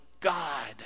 God